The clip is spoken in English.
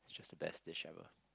it's just the best dish ever